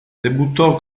debuttò